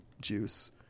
juice